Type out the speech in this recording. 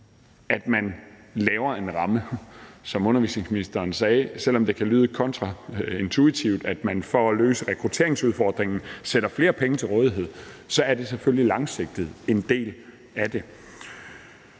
at man laver en ramme. Som undervisningsministeren sagde, er det, selv om det kan lyde kontraintuitivt, at man for at løse rekrutteringsudfordringen stiller flere penge til rådighed, selvfølgelig langsigtet en del af det.